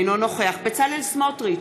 אינו נוכח בצלאל סמוטריץ,